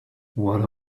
what